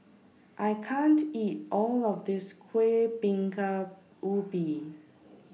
I can't eat All of This Kuih Bingka Ubi